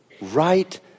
Right